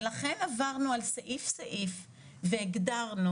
ולכן עברנו על סעיף-סעיף והגדרנו,